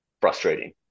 frustrating